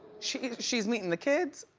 she's she's meeting the kids?